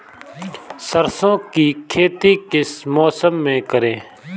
सरसों की खेती किस मौसम में करें?